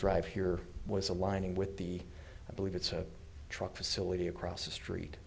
drive here was aligning with the i believe it's a truck facility across the street